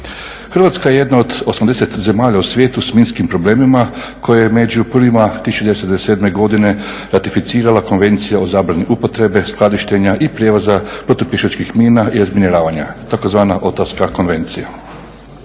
Hrvatska je jedna od 80 zemalja u svijetu s minskim problemima koja je među prvima 1997. godine ratificirala Konvencija o zabrani upotrebe, skladištenja i prijevoza … mina i razminiranja, tzv. … konvencija.